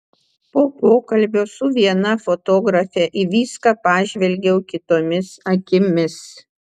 po pokalbio su viena fotografe į viską pažvelgiau kitomis akimis